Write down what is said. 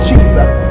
Jesus